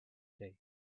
day